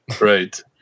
Right